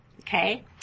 okay